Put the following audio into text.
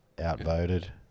Outvoted